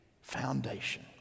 foundation